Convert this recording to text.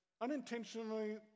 unintentionally